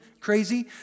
crazy